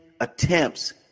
attempts